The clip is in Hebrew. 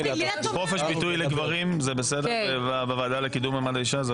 חופש ביטוי לגברים זה בסדר בוועדה לקידום מעמד האישה?